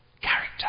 character